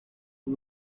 two